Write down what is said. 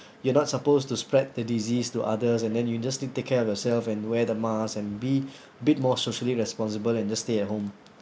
you're not supposed to spread the disease to others and then you just need take care of yourself and wear the mask and be a bit more socially responsible and just stay at home